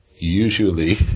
usually